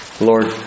Lord